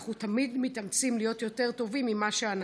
אנחנו תמיד מתאמצים להיות יותר טובים ממה שאנחנו.